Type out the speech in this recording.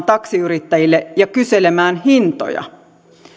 taksiyrittäjille ja kyselemään hintoja